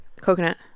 coconut